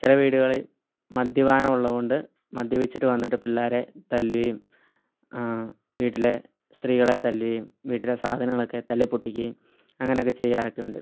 ചില വീടുകളിൽ മദ്യപാനം ഉള്ളതുകൊണ്ട് മദ്യപിച്ചിട്ട് വന്നിട്ട് പിള്ളേരെ തല്ലുകയും വീട്ടിലെ സ്ത്രീകളെ തല്ലുകയും വീട്ടിലെ സാധനങ്ങളൊക്കെ തല്ലിപ്പൊട്ടിക്കയും അങ്ങനൊക്കെ ചെയ്യാറൊക്കെ ഉണ്ട്